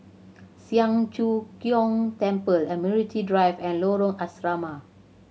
Siang Cho Keong Temple Admiralty Drive and Lorong Asrama